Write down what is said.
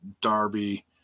Darby